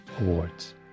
Awards